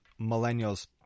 millennials